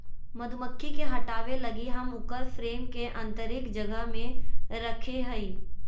मधुमक्खी के हटाबय लगी हम उकर फ्रेम के आतंरिक जगह में रखैय हइ